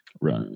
Right